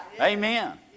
Amen